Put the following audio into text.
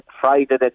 Friday